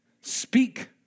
speak